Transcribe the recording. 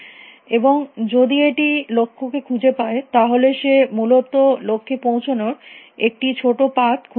এবং যদি এটি লক্ষ্য কে খুঁজে পায় তাহলে সে মূলত লক্ষ্যে পৌঁছানোর একটি ছোটো পাথ খুঁজে পেয়েছে